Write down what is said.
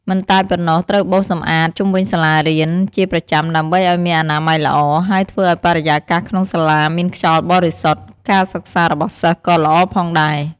មិនតែប៉ុណ្ណោះត្រូវបោសសម្អាតជុំវិញសាលារៀនជាប្រចាំដើម្បីឲ្យមានអនាម័យល្អហើយធ្វើឲ្យបរិយាកាសក្នុងសាលាមានខ្យល់បរិសុទ្ធ ការសិក្សារបស់សិស្សក៏ល្អផងដែរ។